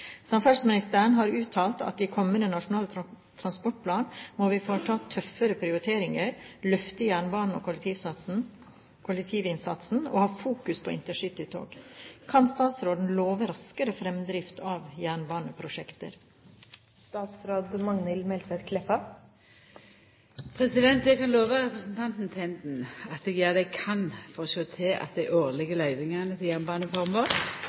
har uttalt at i kommende nasjonal transportplan må vi foreta tøffere prioriteringer, løfte jernbanen og kollektivinnsatsen, og ha fokus på intercitytog. Kan statsråden love raskere fremdrift av jernbaneprosjekter?» Eg kan lova representanten Tenden at eg gjer det eg kan for å sjå til at dei årlege løyvingane til